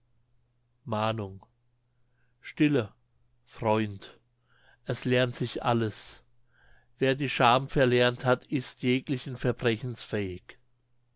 mahnung stille freund es lernt sich alles wer die scham verlernt hat ist jeglichen verbrechens fähig